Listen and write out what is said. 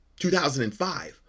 2005